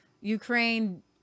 Ukraine